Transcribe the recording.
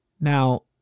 Now